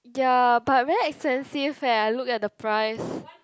ya but very expensive leh I look at the price